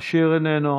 אשר, איננו.